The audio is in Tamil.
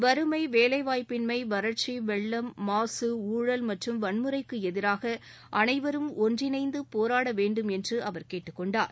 வறுமை வேலைவாய்ப்பின்மை வறட்சி வெள்ளம் மாக ஊழல் மற்றும் வன்முறைக்கு எதிராக அனைவரும் ஒன்றிணைந்து போராட வேண்டும் என்று அவர் கேட்டுக் கொண்டார்